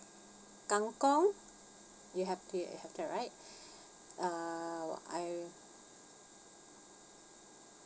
kang kong you have the you have that right uh I